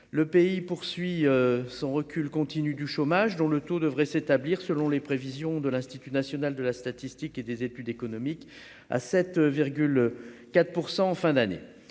le pays poursuit son recul continu du chômage dont le taux devrait s'établir, selon les prévisions de l'Institut national de la statistique et des études économiques à 7,4 % en fin d'année,